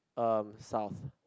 um south